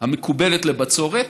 המקובלת לבצורת,